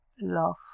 love